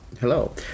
Hello